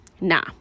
Nah